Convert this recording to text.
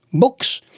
books?